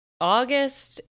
August